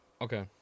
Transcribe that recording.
Okay